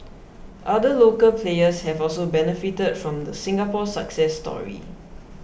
other local players have also benefited from the Singapore success story